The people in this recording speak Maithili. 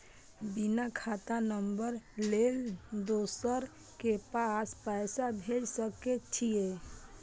बिना खाता नंबर लेल दोसर के पास पैसा भेज सके छीए?